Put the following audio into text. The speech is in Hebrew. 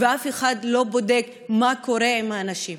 ואף אחד לא בודק מה קורה עם האנשים.